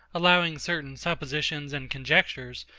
allowing certain suppositions and conjectures,